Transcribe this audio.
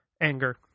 anger